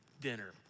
dinner